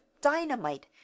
dynamite